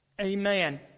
Amen